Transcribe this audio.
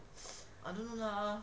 I don't know lah